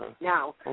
Now